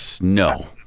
No